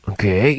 Okay